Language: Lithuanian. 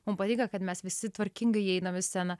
man patinka kad mes visi tvarkingai įeinam į sceną